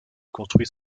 construit